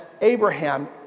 Abraham